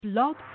Blog